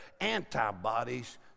antibodies